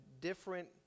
different